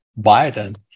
Biden